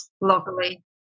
Locally